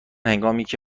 هنگامیکه